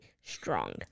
strong